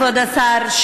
כבוד השר,